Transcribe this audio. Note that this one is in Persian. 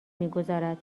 میگذارد